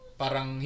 parang